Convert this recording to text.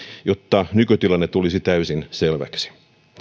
jotta nykytilanne tulisi täysin selväksi